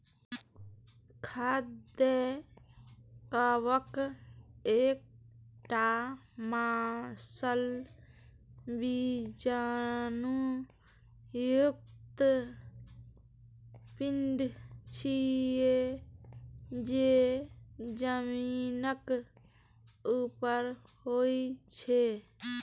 खाद्य कवक एकटा मांसल बीजाणु युक्त पिंड छियै, जे जमीनक ऊपर होइ छै